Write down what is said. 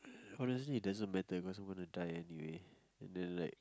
honestly it doesn't matter because I am gonna die anyway and then like